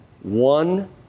One